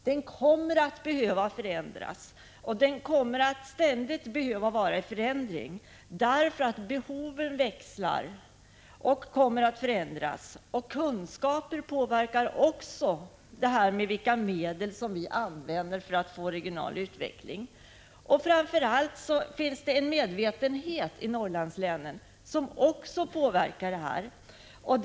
Den kommer att behöva förändras och att vara i ständig förändring därför att behoven växlar och ändras. Kunskap påverkar också frågan om vilka medel vi skall använda för en regional utveckling. Framför allt finns det en medvetenhet i Norrlandslänen som också påverkar dessa frågor.